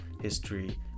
history